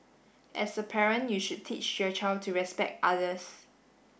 as a parent you should teach your child to respect others